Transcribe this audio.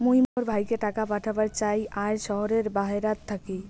মুই মোর ভাইকে টাকা পাঠাবার চাই য়ায় শহরের বাহেরাত থাকি